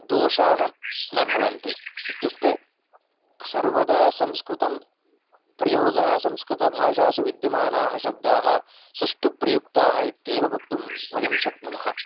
दिषाः न भवन्ति इत्यतुक्ते सर्वदा संस्कृतस्य प्रयोगः संस्कृतभाषायां विद्यमानाः शब्दाः सुष्ठुप्रयुक्ताः इत्येव वक्तुं वयं शक्नुमः